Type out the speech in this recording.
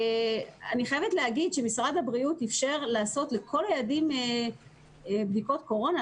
אני חייבת להגיד שמשרד הבריאות אפשר לעשות לכל הילדים בדיקות קורונה,